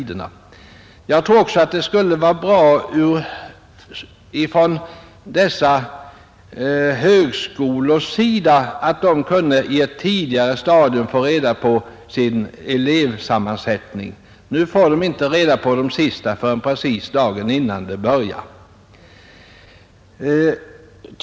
hn Jag tror också att det skulle vara fördelaktigt om högskolorna på ett tidigare stadium kunde få reda på sin elevsammansättning. Nu får de inte uppgift om de sista eleverna förrän dagen innan terminen börjar.